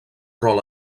rol